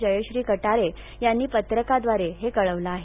जयश्री कटारे यांनी पत्रकाद्वारे हे कळवलं आहे